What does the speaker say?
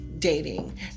dating